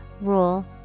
rule